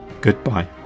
Goodbye